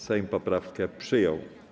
Sejm poprawkę przyjął.